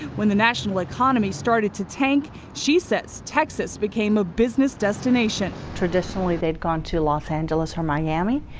when the national economy started to tank, she says texas became a business destination. traditionally they've gone to los angeles or miami.